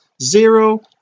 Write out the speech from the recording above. zero